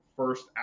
First